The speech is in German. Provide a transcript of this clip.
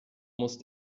muss